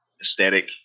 aesthetic